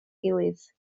gilydd